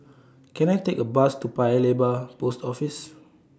Can I Take A Bus to Paya Lebar Post Office